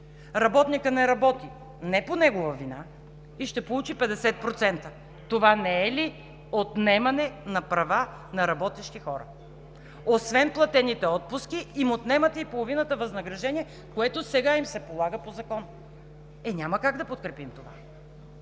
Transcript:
Работникът не работи не по негова вина и ще получи 50%. Това не е ли отнемане на права на работещи хора? Освен платените отпуски, им отнемате и половината възнаграждение, което сега им се полага по закон. Няма как да подкрепим това!